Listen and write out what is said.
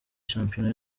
shampiyona